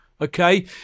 Okay